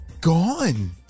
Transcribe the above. gone